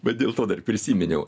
bet dėl to dar prisiminiau